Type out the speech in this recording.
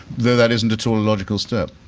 though that isn't at all a logical step.